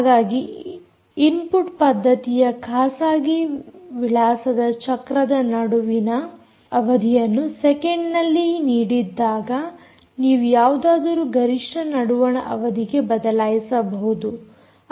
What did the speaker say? ಹಾಗಾಗಿ ಇನ್ಫುಟ್ ಪದ್ದತಿಯ ಖಾಸಗಿ ವಿಳಾಸದ ಚಕ್ರದ ನಡುವಣ ಅವಧಿಯನ್ನು ಸೆಕೆಂಡ್ ನಲ್ಲಿ ನೀಡಿದ್ದಾಗ ನೀವು ಯಾವುದಾದರೂ ಗರಿಷ್ಠ ನಡುವಣ ಅವಧಿಗೆ ಬದಲಾಯಿಸಬಹುದು